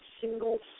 single